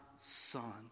son